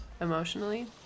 emotionally